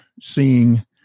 seeing